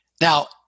Now